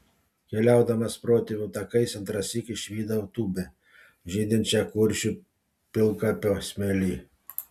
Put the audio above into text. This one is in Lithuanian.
keliaudamas protėvių takais antrąsyk išvydau tūbę žydinčią kuršių pilkapio smėly